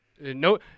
no